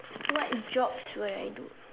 what jobs will I do